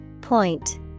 Point